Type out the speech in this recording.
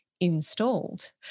installed